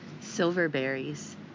Silverberries